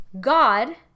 God